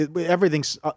Everything's